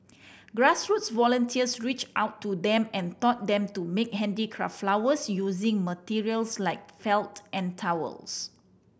grassroots volunteers reached out to them and taught them to make handicraft flowers using materials like felt and towels